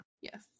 Yes